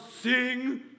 sing